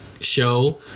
show